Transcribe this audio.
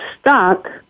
stuck